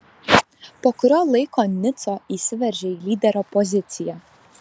po kurio laiko nico įsiveržė į lyderio poziciją